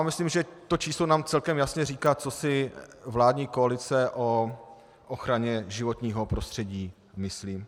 Myslím, že to číslo nám celkem jasně říká, co si vládní koalice o ochraně životního prostředí myslí.